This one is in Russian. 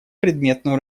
предметную